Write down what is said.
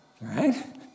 right